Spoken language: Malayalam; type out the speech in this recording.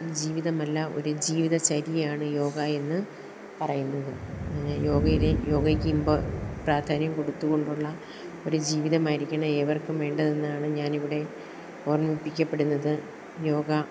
ജീവിതമല്ല ഒരു ജീവിതചര്യയാണ് യോഗ എന്നു പറയുന്നത് യോഗയിലെ യോഗയ്ക്കിപ്പോൾ പ്രാധാന്യം കൊടുത്തു കൊണ്ടുള്ള ഒരു ജീവിതമായിരിക്കണം ഏവർക്കും വേണ്ടതെന്നാണ് ഞാനിവിടെ ഓർമ്മിപ്പിക്കപ്പെടുന്നത് യോഗ